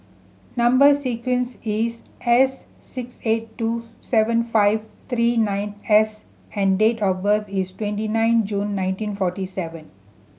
number sequence is S six eight two seven five three nine S and date of birth is twenty nine June nineteen forty seven